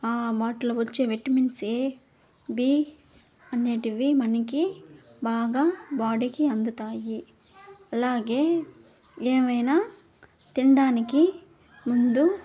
ఆ వాటిలో వచ్చే విటమిన్స్ ఏ బీ అనేటివి మనకి బాగా బాడీకి అందుతాయి అలాగే ఏవైనా తినడానికి ముందు